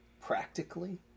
practically